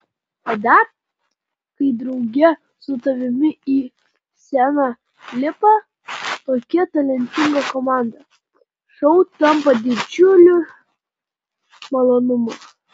o dar kai drauge su tavimi į sceną lipa tokia talentinga komanda šou tampa didžiuliu malonumu